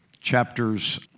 Chapters